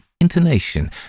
intonation